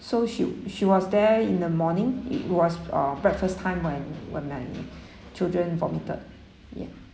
so she she was there in the morning it was uh breakfast time when when my children vomited ya